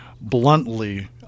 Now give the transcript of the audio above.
bluntly